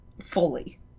fully